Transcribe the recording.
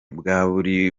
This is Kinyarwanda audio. bwari